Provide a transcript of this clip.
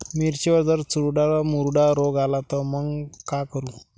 मिर्चीवर जर चुर्डा मुर्डा रोग आला त मंग का करू?